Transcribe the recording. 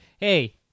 hey